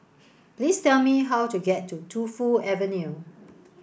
please tell me how to get to Tu Fu Avenue